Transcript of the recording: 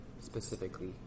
specifically